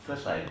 because like